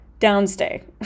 downstay